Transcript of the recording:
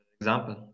example